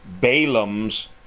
Balaam's